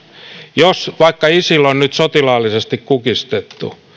jos vaikka isil on nyt sotilaallisesti kukistettu